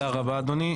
תודה רבה אדוני.